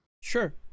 Sure